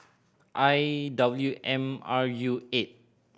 I W M R U eight